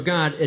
God